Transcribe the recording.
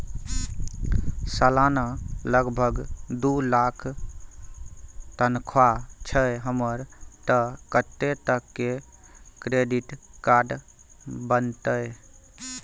सलाना लगभग दू लाख तनख्वाह छै हमर त कत्ते तक के क्रेडिट कार्ड बनतै?